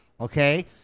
Okay